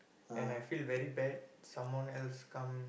and I feel very bad someone else come